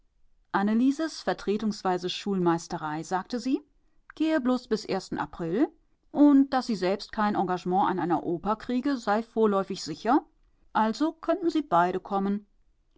annelieses vertretungsweise schulmeisterei sagte sie gehe bloß bis ersten april und daß sie selbst kein engagement an einer oper kriege sei vorläufig sicher also könnten sie beide kommen